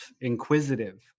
inquisitive